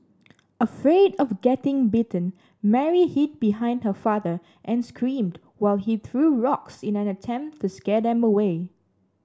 afraid of getting bitten Mary hid behind her father and screamed while he threw rocks in an attempt to scare them away